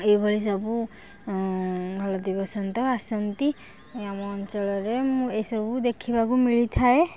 ଏଇଭଳି ସବୁ ହଳଦୀବସନ୍ତ ଆସନ୍ତି ଆମ ଅଞ୍ଚଳରେ ମୁଁ ଏ ସବୁ ଦେଖିବାକୁ ମିଳିଥାଏ